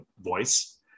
voice